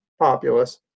populous